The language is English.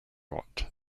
what